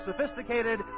sophisticated